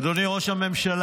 אדוני ראש הממשלה,